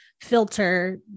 filter